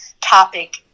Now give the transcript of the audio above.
topic